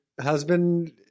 husband